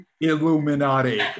Illuminati